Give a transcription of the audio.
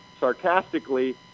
sarcastically